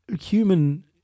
human